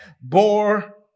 bore